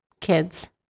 kids